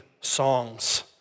songs